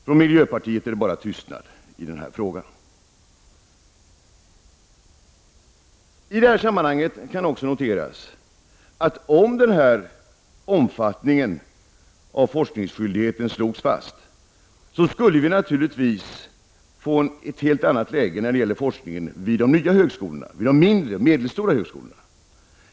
Från miljöpartiets sida är det bara tystnad i denna fråga. I sammanhanget kan noteras att om omfattningen av forskningsskyldigheten slogs fast, skulle det naturligtvis bli ett helt annat läge när det gäller forskningen vid de nya högskolorna, dvs. de mindre och medelstora högskolorna.